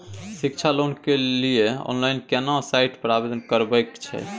शिक्षा लोन के लिए ऑनलाइन केना साइट पर आवेदन करबैक छै?